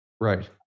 Right